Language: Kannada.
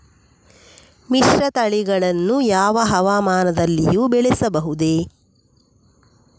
ಮಿಶ್ರತಳಿಗಳನ್ನು ಯಾವ ಹವಾಮಾನದಲ್ಲಿಯೂ ಬೆಳೆಸಬಹುದೇ?